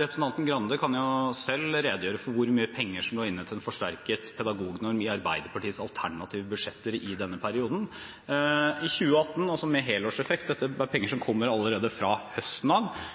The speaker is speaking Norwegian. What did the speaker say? Representanten Grande kan jo selv redegjøre for hvor mye penger som lå inne til en forsterket pedagognorm i Arbeiderpartiets alternative budsjetter i denne perioden. Helårseffekten i 2018 – der sa jeg galt til representanten Grande forrige gang vi hadde en replikkveksling om dette